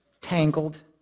tangled